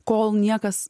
kol niekas